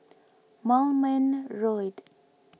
Moulmein Road